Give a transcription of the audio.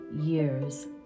years